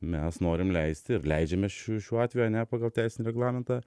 mes norim leisti ir leidžiame šiuo atveju ane pagal teisinį reglamentą